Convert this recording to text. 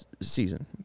season